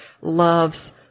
loves